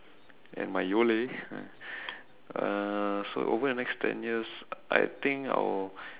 and my Yole ah uh so over the next ten years I think I will